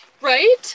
Right